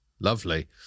Lovely